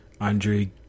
Andre